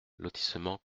lotissement